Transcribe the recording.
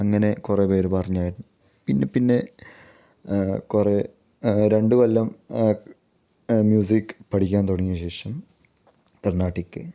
അങ്ങനെ കുറേ പേർ പറഞ്ഞായിരുന്നു പിന്നെ പിന്നെ കുറേ രണ്ട് കൊല്ലം മ്യൂസിക് പഠിക്കാൻ തുടങ്ങിയ ശേഷം കർണ്ണാടിക്